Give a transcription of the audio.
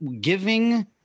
giving –